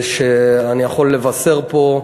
ואני יכול לבשר פה,